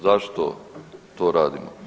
Zašto to radimo?